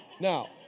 Now